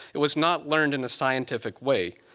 it was not learned in a scientific way.